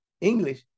english